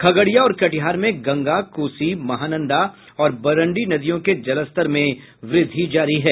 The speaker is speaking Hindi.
खगड़िया और कटिहार में गंगा कोसी महानंदा और बरंडी नदियों के जलस्तर में वृद्धि जारी है